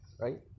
right